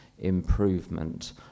improvement